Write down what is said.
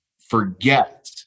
forget